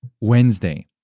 Wednesday